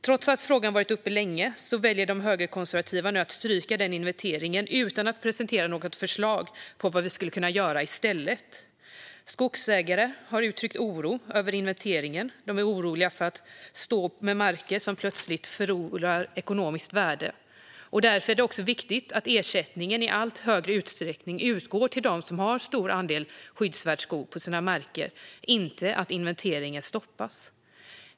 Trots att frågan varit uppe länge väljer de högerkonservativa nu att stryka inventeringen utan att presentera något förslag på vad vi skulle kunna göra i stället. Skogsägare har uttryckt oro över inventeringen. De är oroliga för att stå med marker som plötsligt förlorar ekonomiskt värde. Därför är det så viktigt att ersättning i allt större utsträckning utgår till dem som har stor andel skyddsvärd skog på sina marker, inte att inventeringen stoppas.